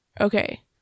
okay